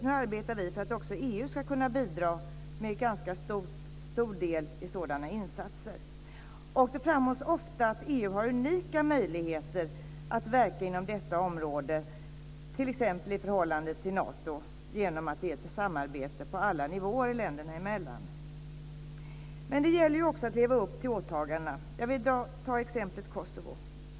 Nu arbetar vi för att också EU ska kunna bidra med en ganska stor del i sådana insatser. Det framhålls ofta att EU har unika möjligheter att verka inom detta område, t.ex. i förhållande till Nato, genom att det är ett samarbete på alla nivåer länderna emellan. Men det gäller också att leva upp till åtagandena. Jag vill ta exemplet Kosovo.